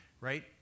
right